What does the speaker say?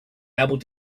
able